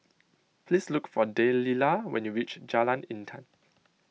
please look for Delila when you reach Jalan Intan